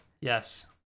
Yes